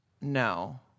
No